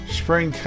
spring